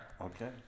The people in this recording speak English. Okay